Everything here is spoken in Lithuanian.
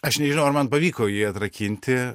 aš nežinau ar man pavyko jį atrakinti